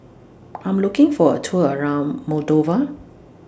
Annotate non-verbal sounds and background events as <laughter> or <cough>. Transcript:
<noise> I'm looking For A Tour around Moldova